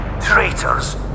traitors